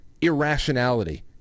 irrationality